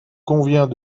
convient